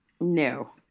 no